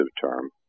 term